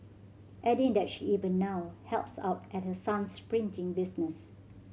adding that she even now helps out at her son's printing business